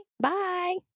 Bye